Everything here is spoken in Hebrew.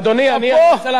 שאפו, שאפו.